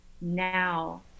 now